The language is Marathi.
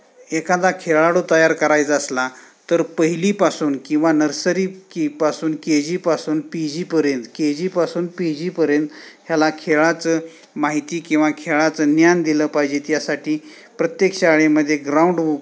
एखादा खेळाडू तयार करायचा असला तर पहिलीपासून किंवा नर्सरी कीपासून के जीपासून पी जीपर्यंत के जीपासून पी जीपर्यंत ह्याला खेळाचं माहिती किंवा खेळाचं ज्ञान दिलं पाहिजे त्यासाठी प्रत्येक शाळेमध्ये ग्राउंड हो